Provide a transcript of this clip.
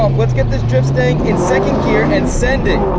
um let's get this driftstang in second gear and send it!